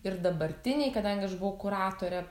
ir dabartiniai kadangi aš buvau kuratorė